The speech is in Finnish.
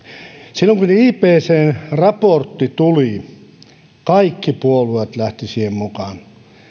silloin kun ipccn raportti tuli kaikki puolueet lähtivät siihen mukaan